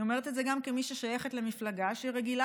אני אומרת את זה גם כמי ששייכת למפלגה שרגילה